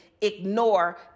ignore